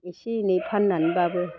एसे एनै फाननानैब्लाबो